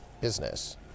business